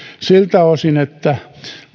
siltä osin että